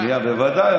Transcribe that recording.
כי כל, בוודאי.